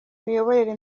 miyoborere